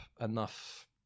enough